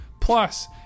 Plus